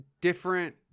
different –